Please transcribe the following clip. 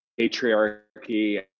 patriarchy